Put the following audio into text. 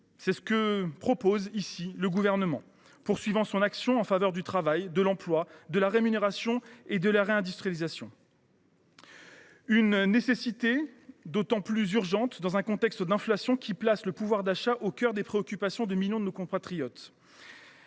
C’est ce que propose ici le Gouvernement, poursuivant son action en faveur du travail, de l’emploi, de la rémunération et de la redistribution. Cette nécessité est d’autant plus urgente dans un contexte d’inflation qui place le pouvoir d’achat au cœur des préoccupations de millions de nos compatriotes.